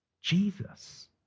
Jesus